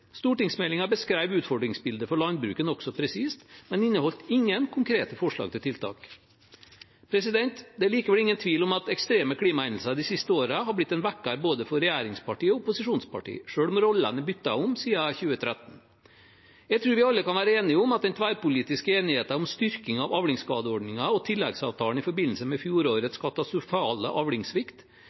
utfordringsbildet for landbruket nokså presist, men inneholdt ingen konkrete forslag til tiltak. Det er likevel ingen tvil om at ekstreme klimahendelser de siste årene har blitt en vekker både for regjeringspartier og opposisjonspartier, selv om rollene er byttet om siden 2013. Jeg tror vi alle kan være enige om at den tverrpolitiske enigheten om styrking av avlingsskadeordningen og tilleggsavtalen i forbindelse med fjorårets katastrofale